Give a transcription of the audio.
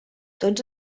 tots